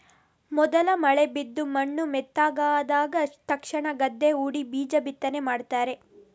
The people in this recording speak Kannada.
ಮೊದಲ ಮಳೆ ಬಿದ್ದು ಮಣ್ಣು ಮೆತ್ತಗಾದ ತಕ್ಷಣ ಗದ್ದೆ ಹೂಡಿ ಬೀಜ ಬಿತ್ತನೆ ಮಾಡ್ತಾರೆ